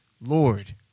Lord